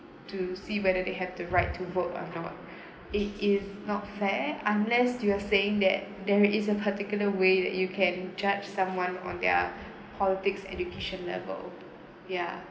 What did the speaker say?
to see whether they have the right to vote or not it is not fair unless you are saying that there is a particular way that you can judge someone on their politics education level ya